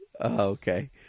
Okay